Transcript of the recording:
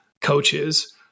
coaches